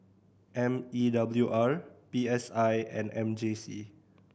M E W R P S I and M J C